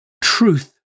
truth